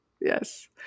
Yes